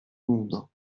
nudo